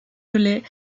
gelais